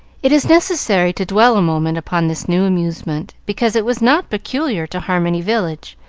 it is necessary to dwell a moment upon this new amusement, because it was not peculiar to harmony village,